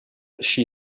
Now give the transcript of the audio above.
she